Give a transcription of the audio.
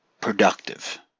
productive